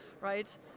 right